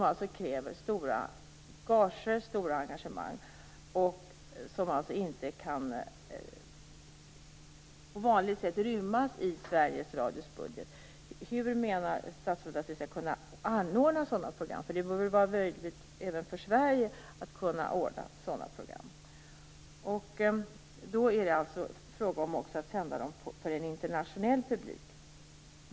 De kräver höga gager och stora engagemang och kan inte på vanligt sätt rymmas i Sveriges Radios budget. Hur menar statsrådet att sådana program skall kunna anordnas? Det borde väl vara möjligt även för Sverige att ordna sådana program. Det är då också fråga om att de skall sändas för en internationell publik.